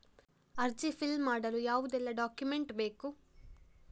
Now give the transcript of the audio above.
ಅರ್ಜಿ ಫಿಲ್ ಮಾಡಲು ಯಾವುದೆಲ್ಲ ಡಾಕ್ಯುಮೆಂಟ್ ಬೇಕು?